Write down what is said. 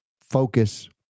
focus